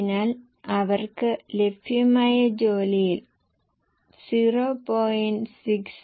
അതിനാൽ അവർക്ക് ലഭ്യമായ ജോലിയിൽ 0